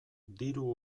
diru